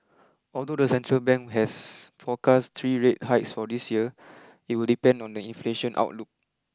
although the central bank has forecast three rate hikes for this year it will depend on the inflation outlook